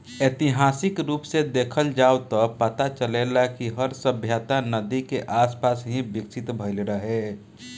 ऐतिहासिक रूप से देखल जाव त पता चलेला कि हर सभ्यता नदी के आसपास ही विकसित भईल रहे